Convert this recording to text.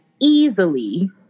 Easily